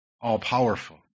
all-powerful